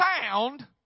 sound